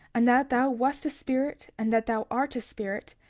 and that thou wast a spirit, and that thou art a spirit,